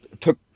took